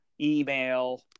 email